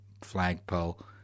flagpole